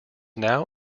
now